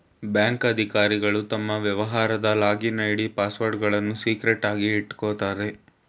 bank ಅಧಿಕಾರಿಗಳು ತಮ್ಮ ವ್ಯವಹಾರದ ಲಾಗಿನ್ ಐ.ಡಿ, ಪಾಸ್ವರ್ಡ್ಗಳನ್ನು ಸೀಕ್ರೆಟ್ ಆಗಿ ಇಟ್ಕೋತಾರೆ